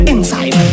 Inside